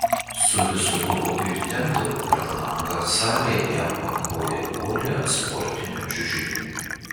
su visu grobiu įtempdavo per langą salėje jam pakloję guolį ant sportinių čiužinių